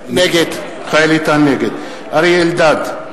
נגד אריה אלדד,